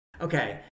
okay